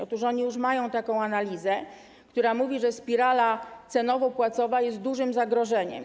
Otóż oni już mają taką analizę, która mówi, że spirala cenowo-płacowa jest dużym zagrożeniem.